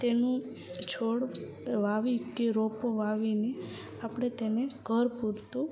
તેનું છોડ વાવી કે રોપો વાવીને આપણે તેને ઘર પૂરતું